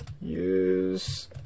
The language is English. Use